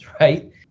right